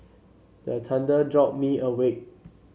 the thunder jolt me awake